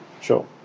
Sure